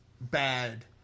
bad